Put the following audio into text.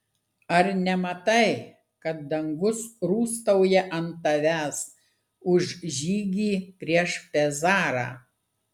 ar nematai kad dangus rūstauja ant tavęs už žygį prieš pezarą